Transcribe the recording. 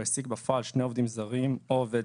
הוא העסיק בפועל שני עובדים זרים או עובד